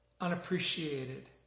unappreciated